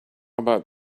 about